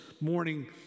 morning